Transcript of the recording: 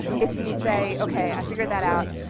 if you say, ok, i figured that out.